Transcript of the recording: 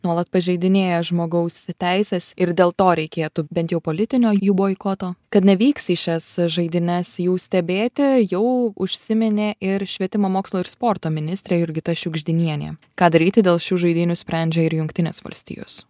nuolat pažeidinėja žmogaus teises ir dėl to reikėtų bent jau politinio jų boikoto kad nevyks į šias žaidynes jų stebėti jau užsiminė ir švietimo mokslo ir sporto ministrė jurgita šiugždinienė ką daryti dėl šių žaidynių sprendžia ir jungtinės valstijos